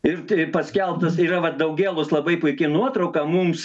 ir turi paskelbtas yra vat daugėlos labai puiki nuotrauka mums